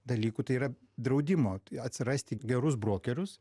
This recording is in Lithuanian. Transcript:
dalykų tai yra draudimo atsirasti gerus brokerius